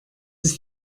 ist